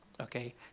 Okay